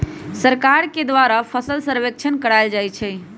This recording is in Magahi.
सरकार के द्वारा फसल सर्वेक्षण करायल जाइ छइ